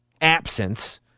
absence